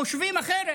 חושבים אחרת.